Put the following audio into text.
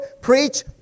preach